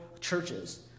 churches